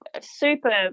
super